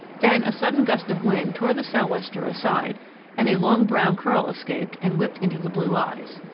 then a sudden gust of wind tore the sou'wester aside and a long brown curl escaped and whipped into the blue eyes.